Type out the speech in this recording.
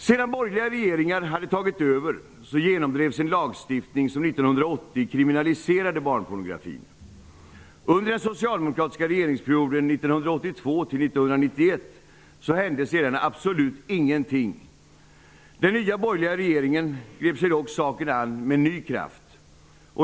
Sedan borgerliga regeringar hade tagit över genomdrevs en lagstiftning som 1980 hände absolut ingenting. Den nya borgerliga regeringen grep sig dock saken an med ny kraft.